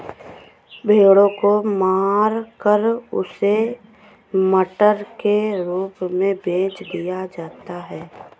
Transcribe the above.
भेड़ों को मारकर उसे मटन के रूप में बेच दिया जाता है